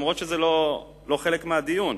אף-על-פי שזה לא חלק מהדיון,